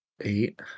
Eight